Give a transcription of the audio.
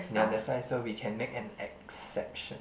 ya that's why so we can make an exception